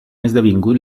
esdevingut